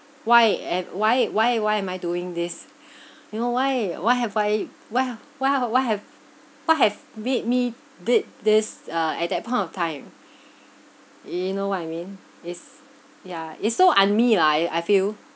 why am why why why am I doing this you know why why have I why what have what have what have made me did this uh at that point of time you know what I mean is yeah it's so un-me lah I I feel